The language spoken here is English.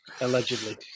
Allegedly